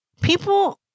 people